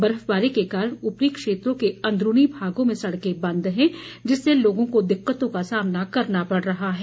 बर्फबारी के कारण उपरी क्षेत्रों के अन्दरूनी भागों में सड़के बंद हैं जिससे लोगों को दिक्कतों का सामना करना पड़ रहा है